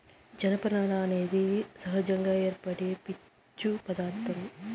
జనపనార అనేది సహజంగా ఏర్పడే పీచు పదార్ధం